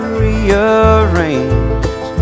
rearranged